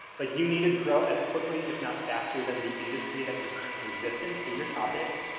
but you need to grow as quickly if not faster than the industry that you currently exist in, so, your topics.